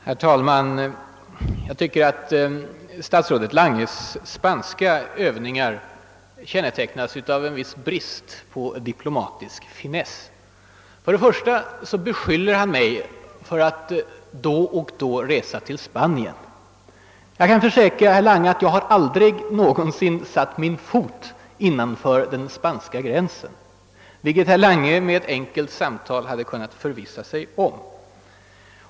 Herr talman! Jag tycker att statsrådet Langes spanska övningar kännetecknas av en viss brist på den diplomatiska finess som jag tidigare talade om. För det första beskyller han mig för att då och då resa till Spanien. Jag kan försäkra herr Lange att jag hittills inte varit innanför den spanska gränsen, vilket herr Lange genom ett enkelt samtal hade kunnat förvissa sig om.